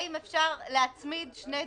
האם אפשר להצמיד שני דיונים.